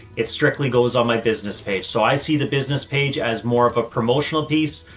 it's strictly goes on my business page. so i see the business page as more of a promotional piece.